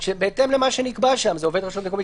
שבהתאם למה שנקבע שם זה עובד רשות מקומית